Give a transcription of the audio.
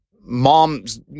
Mom's